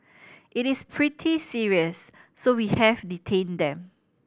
it is pretty serious so we have detained them